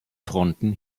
fronten